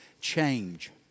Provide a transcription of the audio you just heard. change